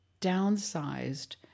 downsized